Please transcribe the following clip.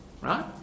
right